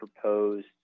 proposed